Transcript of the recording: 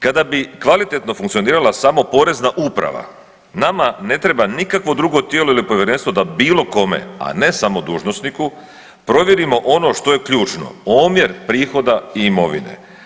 Kada bi kvalitetno funkcionirala samo Porezna uprava, nama ne treba nikakvo drugo tijelo ili povjerenstvo da bilo kome, a ne samo dužnosniku, provjerimo ono što je ključno, omjer prihoda i imovine.